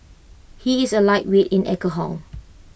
he is A lightweight in alcohol